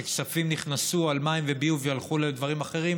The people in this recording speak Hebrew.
שכספים נכנסו על מים וביוב והלכו לדברים אחרים,